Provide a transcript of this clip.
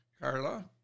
Carla